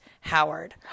Howard